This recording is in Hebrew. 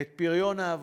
את פריון העבודה,